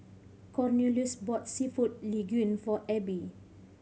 Cornelius bought Seafood Linguine for Ebbie